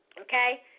Okay